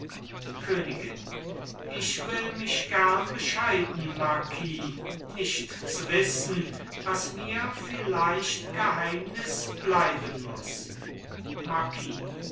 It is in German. königin ich will mich gern bescheiden marquis nicht zu wissen was mir vielleicht geheimnis bleiben muß